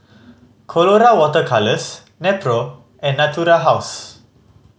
Colora Water Colours Nepro and Natura House